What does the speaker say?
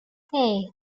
hey